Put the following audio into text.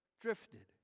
drifted